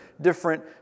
different